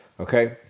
Okay